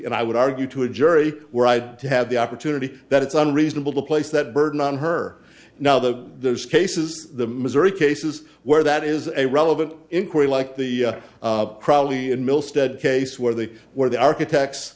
and i would argue to a jury where i'd have the opportunity that it's unreasonable to place that burden on her now the those cases the missouri cases where that is a relevant inquiry like the probably in mill stead case where they were the architects